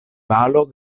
valo